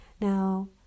Now